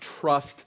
trust